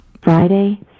Friday